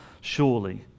surely